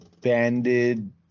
banded